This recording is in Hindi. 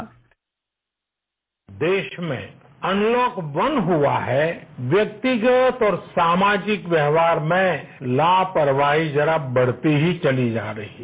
बाइट देश में अनलॉक वन हुआ है व्यक्तिगत और सामाजिक व्यवहार में लापरवाही जरा बढ़ती ही चली जा रही है